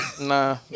Nah